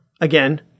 Again